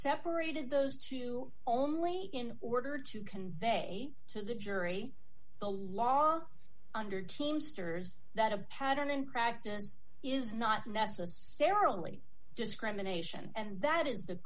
separated those two only in order to convey to the jury along under teamster's that a pattern in practice is not necessarily discrimination and that is the